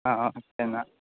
ആ അ എന്നാല്